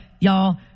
y'all